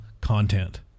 content